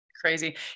Crazy